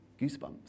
goosebumps